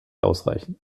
ausreichen